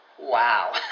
wow